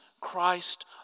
Christ